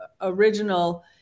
original